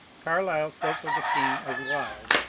carlyle spoke of the scheme as wild,